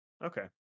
Okay